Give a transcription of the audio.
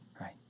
right